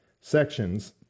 sections